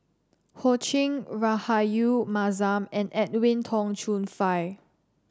Ho Ching Rahayu Mahzam and Edwin Tong Chun Fai